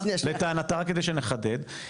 כדי שנחדד,